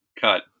cut